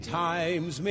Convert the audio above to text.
times